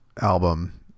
album